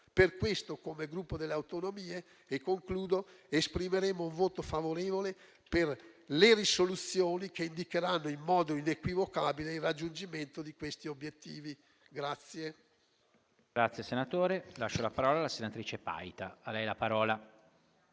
Per questo, come Gruppo Per le Autonomie esprimeremo un voto favorevole per le risoluzioni che indicheranno in modo inequivocabile il raggiungimento di questi obiettivi.